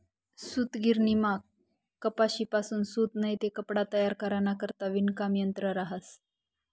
सूतगिरणीमा कपाशीपासून सूत नैते कपडा तयार कराना करता विणकाम यंत्र रहास